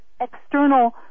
external